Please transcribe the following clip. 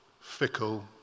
fickle